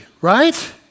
right